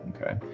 Okay